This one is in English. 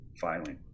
filing